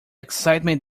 excitement